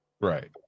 right